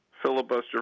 filibuster